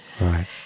Right